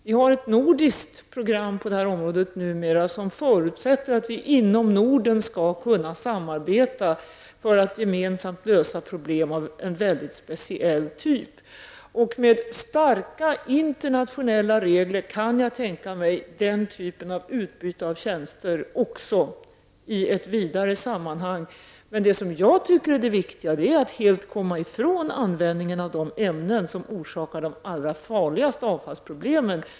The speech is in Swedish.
Vi har numera ett nordiskt program på detta område, i vilket det förutsätts att vi inom Norden skall kunna samarbeta för att gemensamt lösa problem av en mycket speciell typ. Med starka internationella regler kan jag tänka mig den typen av utbyte av tjänster också i ett vidare sammanhang. Men det som jag tycker är det viktiga är då att helt komma från användningen av de ämnen som orsakar de allra farligaste avfallsproblemen.